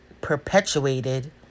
perpetuated